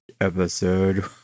episode